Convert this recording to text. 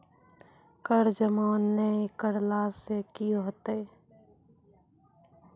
कर जमा नै करला से कि होतै?